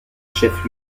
chef